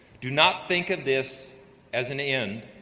do not think of this as an end,